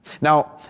Now